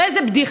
הרי זאת בדיחה,